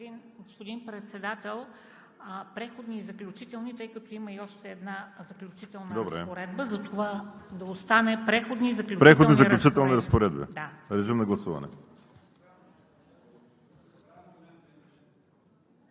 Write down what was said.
Преходни и заключителни разпоредби.